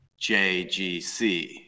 JGC